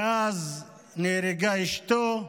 ואז נהרגו אשתו,